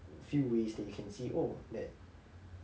few ways that you can see oh that